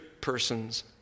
person's